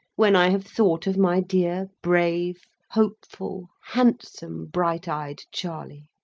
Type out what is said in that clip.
when i have thought of my dear, brave, hopeful, handsome, bright-eyed charley,